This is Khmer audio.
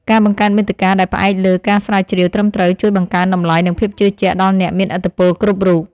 ការបង្កើតមាតិកាដែលផ្អែកលើការស្រាវជ្រាវត្រឹមត្រូវជួយបង្កើនតម្លៃនិងភាពជឿជាក់ដល់អ្នកមានឥទ្ធិពលគ្រប់រូប។